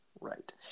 Right